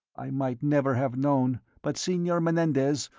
i might never have known, but senor menendez,